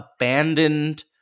abandoned